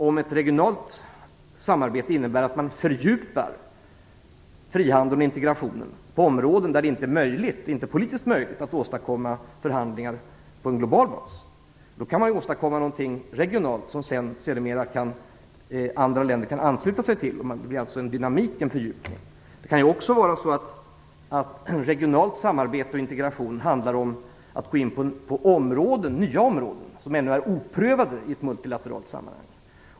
Om ett regionalt samarbete innebär att man fördjupar frihandeln och integrationen på områden där det inte är politiskt möjligt att åstadkomma förhandlingar på en global bas, kan man åstadkomma något regionalt som andra länder sedermera kan ansluta sig till. Det blir en dynamik och en fördjupning. Regionalt samarbete och regional integration kan också gälla att man går in på nya områden som ännu är oprövade i ett multilateralt sammanhang.